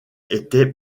était